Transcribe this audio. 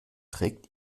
trägt